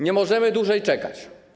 Nie możemy dłużej czekać.